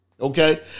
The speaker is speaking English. Okay